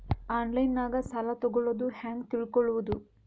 ಆನ್ಲೈನಾಗ ಸಾಲ ತಗೊಳ್ಳೋದು ಹ್ಯಾಂಗ್ ತಿಳಕೊಳ್ಳುವುದು?